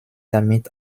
damit